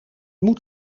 moet